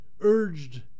urged